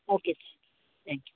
okay thank you